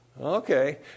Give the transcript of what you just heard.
Okay